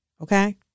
Okay